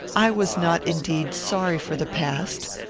i was not, indeed, sorry for the past.